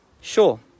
sure